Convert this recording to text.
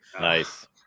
Nice